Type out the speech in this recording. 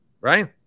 right